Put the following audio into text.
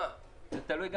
כן, ודאי.